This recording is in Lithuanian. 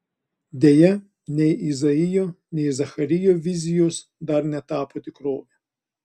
deja nei izaijo nei zacharijo vizijos dar netapo tikrove